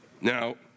Now